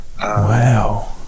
wow